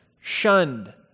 shunned